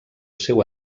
seu